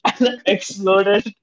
exploded